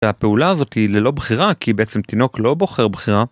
והפעולה הזאת היא ללא בחירה כי בעצם תינוק לא בוחר בחירה.